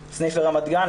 הסניף ברמת גן,